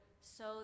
so